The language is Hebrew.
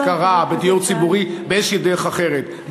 בהשכרה, בדיור ציבורי, באיזו דרך אחרת.